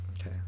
Okay